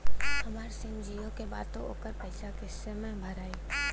हमार सिम जीओ का बा त ओकर पैसा कितना मे भराई?